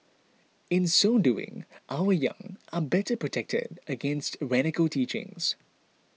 in so doing our young are better protected against radical teachings